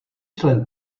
člen